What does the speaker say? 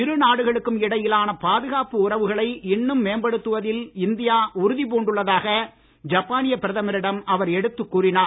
இரு நாடுகளுக்கும் இடையிலான பாதுகாப்பு உறவுகளை இன்னும் மேம்படுத்துவதில் இந்தியா உறுதி பூண்டுள்ளதாக ஜப்பானிய பிரதமரிடம் அவர் எடுத்துக் கூறினார்